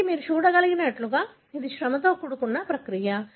కాబట్టి మీరు చూడగలిగినట్లుగా ఇది శ్రమతో కూడుకున్న ప్రక్రియ